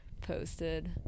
posted